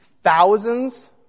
Thousands